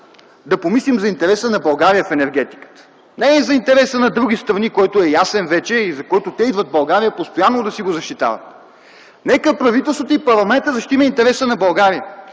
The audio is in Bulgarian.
да помислим за интереса на България в енергетиката, не за интереса на други страни, който е ясен вече, и за който те идват в България постоянно да си го защитават. Нека правителството и парламентът да защитим интереса на България